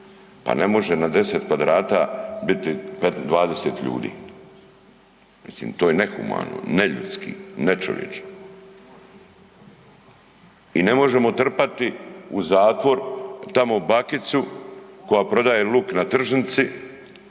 Pa ne može na 10 kvadrata biti 20 ljudi. Mislim, to je nehumano, neljudski, nečovječno. I ne možemo trpati u zatvor tamo bakicu koja prodaje luk na tržnici